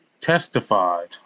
testified